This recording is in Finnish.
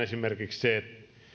esimerkiksi se